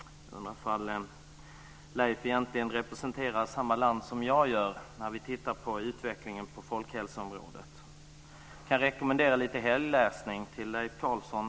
Jag undrar ifall Leif egentligen representerar samma land som jag gör när vi tittar på utvecklingen på folkhälsoområdet. Jag kan rekommendera lite helgläsning till Leif Carlson.